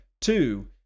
two